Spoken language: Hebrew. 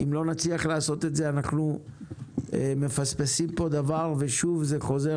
אם לא נצליח לעשות זאת אנו מפספסים פה דבר ושוב זה חוזר